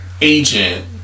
agent